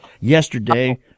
yesterday